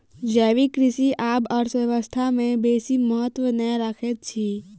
जैविक कृषि आब अर्थव्यवस्था में बेसी महत्त्व नै रखैत अछि